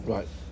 Right